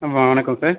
ஆமாம் வணக்கம் சார்